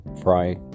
fry